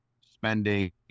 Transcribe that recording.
spending